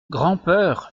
grand’peur